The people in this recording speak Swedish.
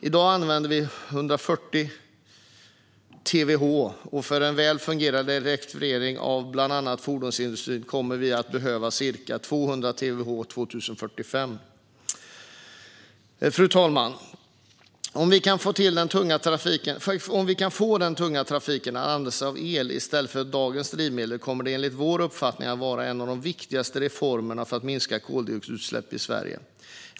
I dag använder vi 140 terawattimmar. För en väl fungerande elektrifiering av bland annat fordonsindustrin kommer vi att behöva ca 200 terawattimmar till år 2045. Fru talman! Om vi kan få den tunga trafiken att använda sig av el i stället för dagens drivmedel kommer det enligt vår uppfattning att vara en av de viktigaste reformerna för att minska koldioxidutsläppen i Sverige.